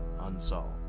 Unsolved